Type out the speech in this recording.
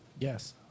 Yes